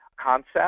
concept